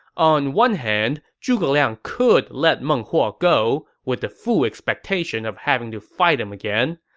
on one hand, zhuge liang could let meng huo go, with the full expectation of having to fight him again.